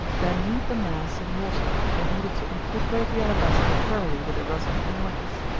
then knead the mass in water, in order to incorporate the alabaster thoroughly with the rosin and wax.